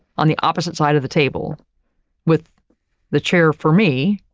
on the opposite side of the table with the chair for me,